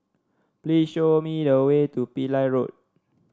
please show me the way to Pillai Road